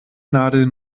nadel